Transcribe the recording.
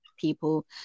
people